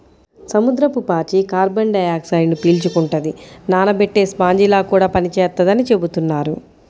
సముద్రపు పాచి కార్బన్ డయాక్సైడ్ను పీల్చుకుంటది, నానబెట్టే స్పాంజిలా కూడా పనిచేత్తదని చెబుతున్నారు